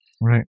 Right